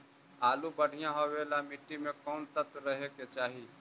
आलु बढ़िया होबे ल मट्टी में कोन तत्त्व रहे के चाही?